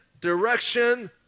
direction